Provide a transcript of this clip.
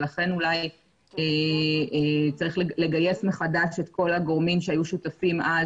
ולכן אולי צריך לגייס מחדש את כל הגורמים שהיו שותפים אז